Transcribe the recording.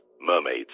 mermaids